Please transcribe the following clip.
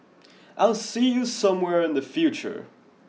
I'll see you somewhere in the future